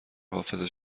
حافظه